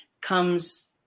comes